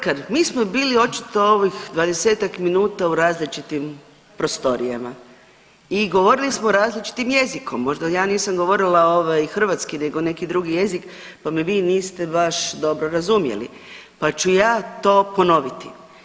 Kolega Brkan, mi smo bili očito ovih 20-ak minuta u različitim prostorijama i govorili smo različitim jezikom, možda ja nisam govorila ovaj hrvatski nego neki drugi jezik pa me vi niste baš dobro razumjeli, pa ću ja to ponoviti.